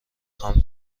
خوام